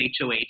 HOH